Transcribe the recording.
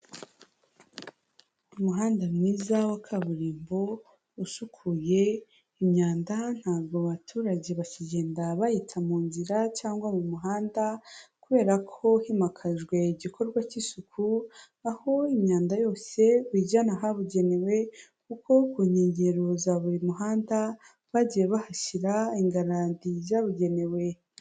Umuhanda mwiza wa kaburimbo usukuye, imyanda ntabwo abaturage bakigenda bayita mu nzira cyangwa mu muhanda, kubera ko himakajwe igikorwa cy'isuku, aho imyanda yose bayijyana ahabugenewe kuko ku nkengero za buri muhanda bagiye bahashyira ingarani zabugenewe.